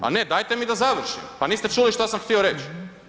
Pa ne, dajte mi da završim, pa niste čuli šta sam htio reć.